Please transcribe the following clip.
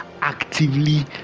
actively